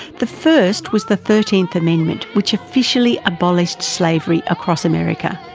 the first was the thirteenth amendment which officially abolished slavery across america.